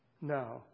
No